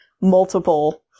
multiple